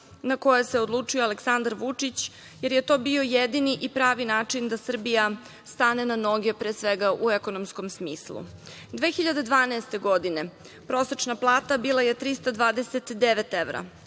na koje se odlučio Aleksandar Vučić, jer je to bio jedini i pravi način da Srbija stane na noge, pre svega u ekonomskom smislu. Godine 2012. prosečna plata bila je 329 evra,